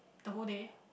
the whole day